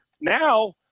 Now